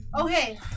Okay